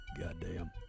Goddamn